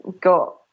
got